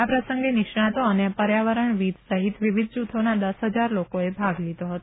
આ પ્રસંગે નિષ્ણાંતો અને પર્યાવરણવિદ સહિત વિવીધ જુથોના દસ હજાર લોકોએ ભાગ લીધો હતો